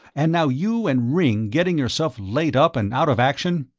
and now you and ringg getting yourselves laid up and out of action?